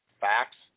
facts